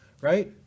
right